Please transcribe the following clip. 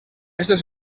estos